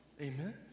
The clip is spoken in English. Amen